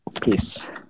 Peace